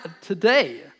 today